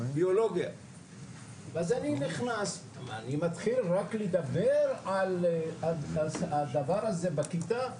ואז אני נכנס ורק מתחיל לדבר על הדבר הזה בכיתה,